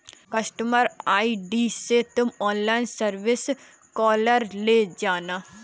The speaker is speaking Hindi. कस्टमर आई.डी से तुम ऑनलाइन सर्विस कॉलम में जाना